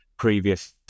previous